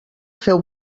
feu